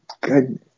goodness